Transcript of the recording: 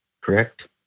correct